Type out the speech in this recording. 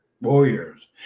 Warriors